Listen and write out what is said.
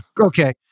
Okay